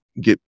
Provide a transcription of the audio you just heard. get